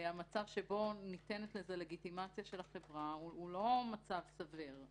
המצב שניתנת לזה לגיטימציה מצד החברה הוא לא מצב סביר.